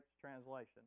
translation